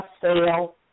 sale